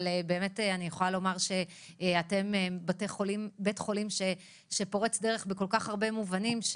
אתם בית חולים שהוא פורץ דרך בכל כך הרבה מובנים,